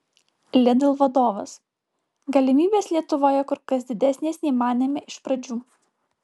lidl vadovas galimybės lietuvoje kur kas didesnės nei manėme iš pradžių